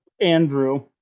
Andrew